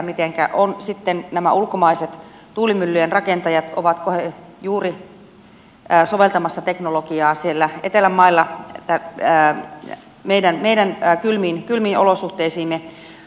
mitenkä on ovatko nämä ulkomaiset tuulimyllyjen rakentajat sitten soveltamassa teknologiaa siellä etelänmailla meidän kylmiin olosuhteisiimme